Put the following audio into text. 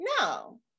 no